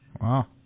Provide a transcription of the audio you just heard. Wow